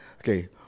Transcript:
okay